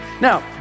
Now